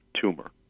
tumor